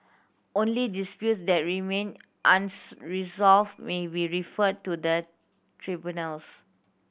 only disputes that remain unresolved may be referred to the tribunals